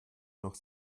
nach